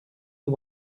you